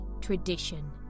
tradition